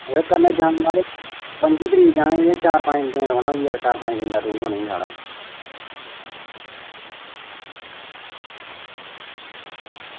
ते कन्नै पंजी तरीक जाना ई चार पंज दिन रौह्ना बी ऐही ते चार पंज दिन दा टूर ही साढ़ा